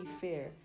fair